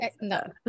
no